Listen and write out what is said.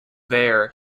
there